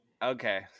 Okay